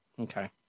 Okay